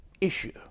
issue